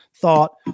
thought